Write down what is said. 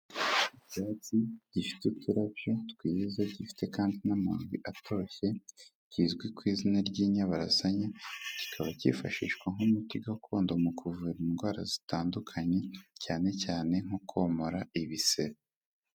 Icyatsi gifite uturarabyo twiza gifite kandi n'amabi atoshye kizwi ku izina ry'inyobasanye kikaba cyifashishwa nk'umuti gakondo mu kuvura indwara zitandukanye cyane cyane nko komora ibisebe.